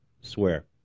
Swear